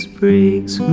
breaks